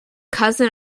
cousin